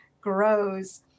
grows